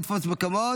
נא לתפוס מקומות.